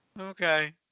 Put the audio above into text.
okay